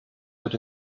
wird